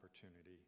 opportunity